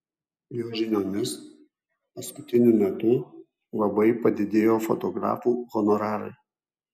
jo žiniomis paskutiniu metu labai padidėjo fotografų honorarai